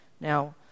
Now